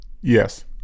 Yes